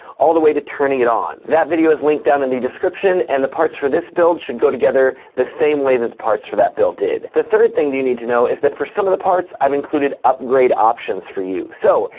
all the way to turning it on. that video is linked down in the description and the parts for this build should go together the same way that the parts for that build did. the third thing that you need to know is that for some of the parts, i've included upgrade options for you. so,